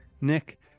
Nick